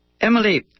Emily